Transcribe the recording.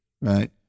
right